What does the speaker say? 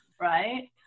Right